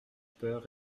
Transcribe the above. peur